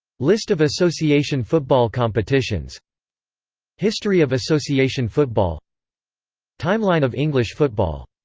list of association football competitions history of association football timeline of english football